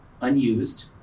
unused